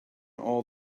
all